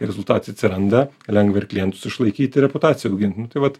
rezultatai atsiranda lengva ir klientus išlaikyti ir reputaciją apgint nu tai vat